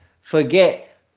forget